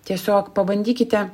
tiesiog pabandykite